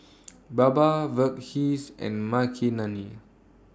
Baba Verghese and Makineni